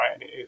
right